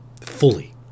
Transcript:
Fully